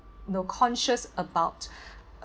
know conscious about